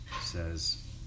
says